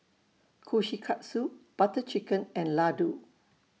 Kushikatsu Butter Chicken and Ladoo